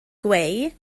gweu